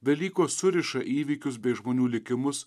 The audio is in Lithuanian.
velykos suriša įvykius bei žmonių likimus